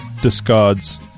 discards